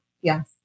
Yes